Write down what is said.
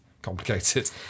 Complicated